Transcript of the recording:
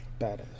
Badass